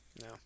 No